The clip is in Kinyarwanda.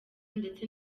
ndetse